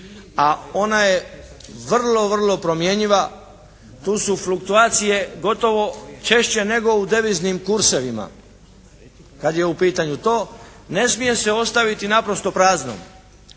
a ona je vrlo, vrlo promjenjiva, tu su fluktuacije gotovo češće nego u deviznim kursevima, kad je u pitanju to. Ne smije se ostaviti naprosto praznom.